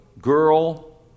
girl